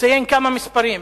לציין כמה מספרים.